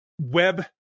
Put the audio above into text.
Web